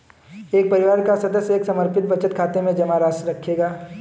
एक परिवार का सदस्य एक समर्पित बचत खाते में जमा राशि रखेगा